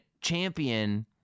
champion